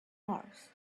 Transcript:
mars